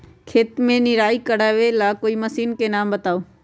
खेत मे निराई करे वाला कोई मशीन के नाम बताऊ?